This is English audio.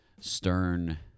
stern